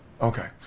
Okay